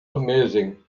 amazing